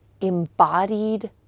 embodied